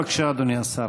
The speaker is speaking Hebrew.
בבקשה, אדוני השר.